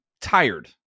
tired